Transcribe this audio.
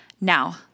Now